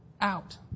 out